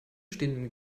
stehenden